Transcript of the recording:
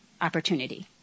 opportunity